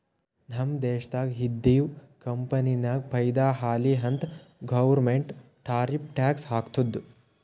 ನಮ್ ದೇಶ್ದಾಗ್ ಇದ್ದಿವ್ ಕಂಪನಿಗ ಫೈದಾ ಆಲಿ ಅಂತ್ ಗೌರ್ಮೆಂಟ್ ಟಾರಿಫ್ ಟ್ಯಾಕ್ಸ್ ಹಾಕ್ತುದ್